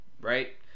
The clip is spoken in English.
Right